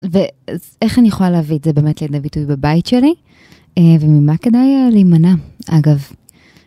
ואיך אני יכולה להביא את זה באמת ליד ביטוי בבית שלי? וממה כדאי להימנע, אגב.